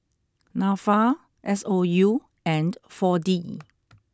Nafa S O U and four D